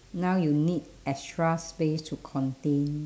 now you need extra space to contain